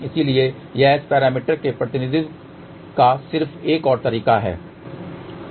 इसलिए यह S parameter के प्रतिनिधित्व का सिर्फ एक और तरीका है